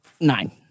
nine